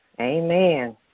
Amen